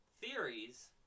theories